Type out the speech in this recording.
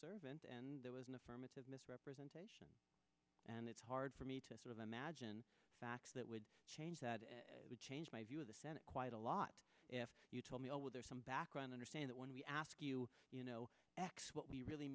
servant and there was an affirmative misrepresentation and it's hard for me to sort of imagine facts that would change that and change my view of the senate quite a lot if you told me all with some background understand that when we ask you you know what we really